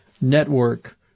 network